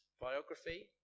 biography